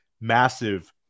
massive